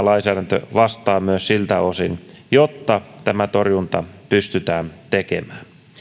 lainsäädäntö vastaa tarpeeseen myös siltä osin jotta tämä torjunta pystytään tekemään